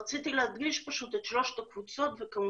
מטרתה למעשה לאפשר לזוגות שכושלים בהשגת הריון.